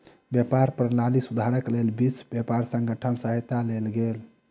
व्यापार प्रणाली सुधारक लेल विश्व व्यापार संगठन के सहायता लेल गेल